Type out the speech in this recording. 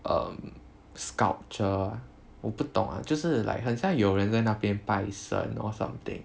um sculpture 我不懂 ah 就是 like 很像有人在那边摆设 or something